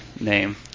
name